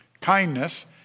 kindness